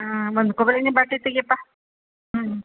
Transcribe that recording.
ಹಾಂ ಒಂದು ಕೊಬ್ರೆಣ್ಣೆ ಬಾಟ್ಲಿ ತೆಗೆಯಪ್ಪ ಹ್ಞೂ